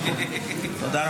תודה.